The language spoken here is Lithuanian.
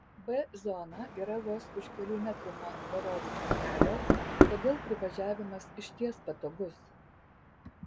b zona yra vos už kelių metrų nuo nurodyto kelio todėl privažiavimas išties patogus